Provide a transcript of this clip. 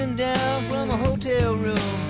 and down from a hotel room